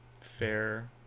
fair